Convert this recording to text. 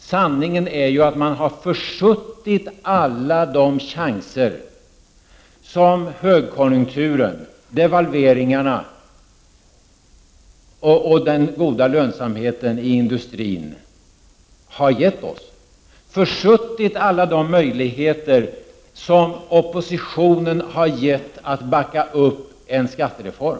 Sanningen är ju att man har försuttit alla de chanser som högkonjunkturen, devalveringarna och den goda lönsamheten i industrin har givit oss. Man har försuttit alla de möjligheter som oppositionen har givit att backa upp en skattereform.